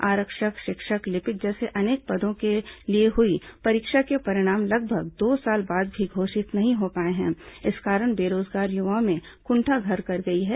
आरक्षक शिक्षक लिपिक जैसे अनेक पदों के लिए हुई परीक्षा के परिणाम लगभग दो साल बाद भी घोषित नहीं हो पाए हैं इस कारण बेरोजगार युवकों में कुंठा घर कर गई है